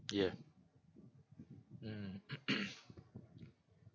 yeah mm